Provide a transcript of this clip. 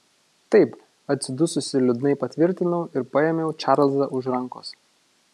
taip atsidususi liūdnai patvirtinau ir paėmiau čarlzą už rankos